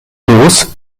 los